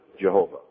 Jehovah